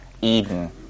Eden